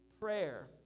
Prayer